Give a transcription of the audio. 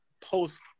post